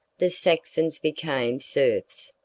the saxons became serfs,